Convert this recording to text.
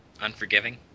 Unforgiving